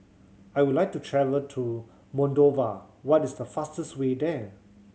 I would like to travel to Moldova what is the fastest way there